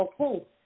okay